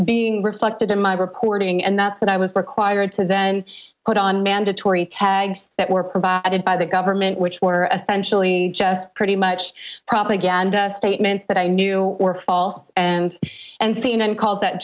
being reflected in my reporting and that's that i was required to then put on mandatory tags that were provided by the government which were essentially just pretty much propaganda statements that i knew were false and and c n n calls that